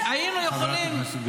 הם ידעו.